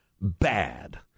bad